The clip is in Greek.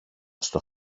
στο